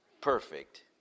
perfect